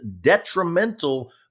detrimental